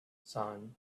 son